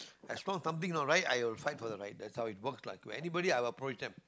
as long something not right I will fight for the right that's how it works lah to anybody I will approach them